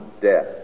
death